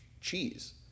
cheese